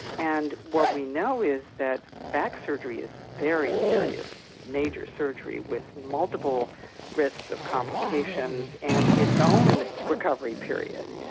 and what we know is that back surgery is very serious major surgery with multiple risks of complications and its own recovery period.